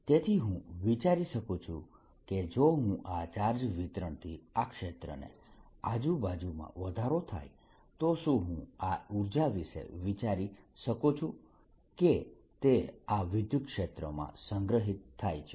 E0 તેથી હું વિચારી શકું છું કે જો હું આ ચાર્જ વિતરણથી આ ક્ષેત્રને આજુબાજુમાં વધારો થાય તો શું હું આ ઉર્જા વિશે વિચારી શકું છું કે તે આ વિદ્યુતક્ષેત્રમાં સંગ્રહિત થાય છે